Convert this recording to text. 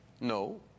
No